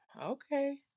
okay